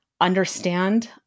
understand